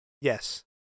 Yes